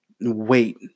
wait